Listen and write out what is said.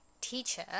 teacher